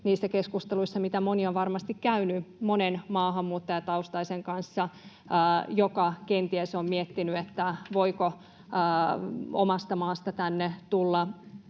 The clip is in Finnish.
niissä keskusteluissa, mitä moni on varmasti käynyt monen maahanmuuttajataustaisen kanssa, jotka kenties ovat miettineet, voiko omasta maasta tänne tulla